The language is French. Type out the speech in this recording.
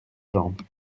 jambe